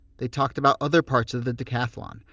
they talked about other parts of the decathlon,